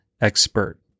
expert